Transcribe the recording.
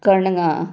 कणंगां